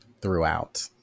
throughout